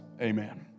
amen